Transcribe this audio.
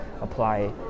apply